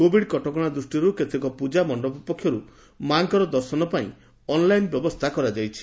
covid କଟକଶା ଦୃଷିରୁ କେତେକ ପୂଜାମଣ୍ଡପ ପକ୍ଷରୁ ମା'ଙ୍କ ଦର୍ଶନ ପାଇଁ ଅନ୍ଲାଇନ୍ ବ୍ୟବସ୍ରା କରାଯାଇଛି